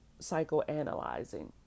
psychoanalyzing